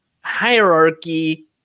hierarchy